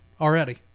already